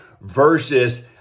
versus